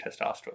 testosterone